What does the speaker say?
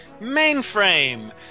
Mainframe